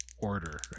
order